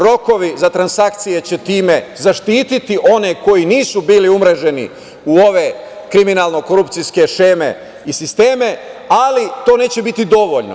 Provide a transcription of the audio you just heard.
Rokovi za transakcije će time zaštiti one koji nisu bili umreženi u ove kriminalno-korupcijske šeme i sisteme, ali to neće biti dovoljno.